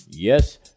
Yes